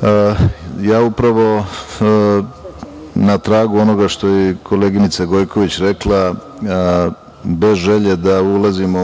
Srbije. Upravo na tragu onoga što je i koleginica Gojković rekla, bez želje da ulazimo